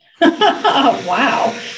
wow